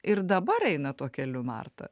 ir dabar eina tuo keliu marta